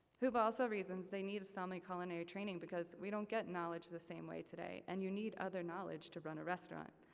huuva also reasons they need sami culinary training because we don't get knowledge the same way today, and you need other knowledge to run a restaurant.